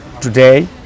today